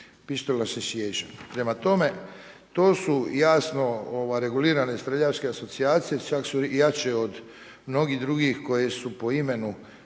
Pistol Association. Prema tome, to su jasno regulirane streljačke asocijacije. Čak su jače od mnogih drugih koje su po imenu